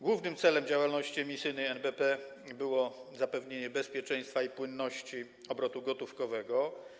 Głównym celem działalności emisyjnej NBP było zapewnienie bezpieczeństwa i płynności obrotu gotówkowego.